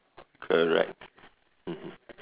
correct mmhmm